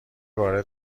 وارد